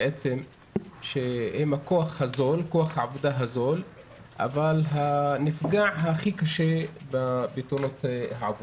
שהם כוח העבודה הזול אבל הנפגע הכי קשה בתאונות העבודה.